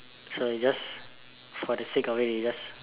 so it's just for the sake of it it's just